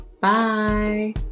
Bye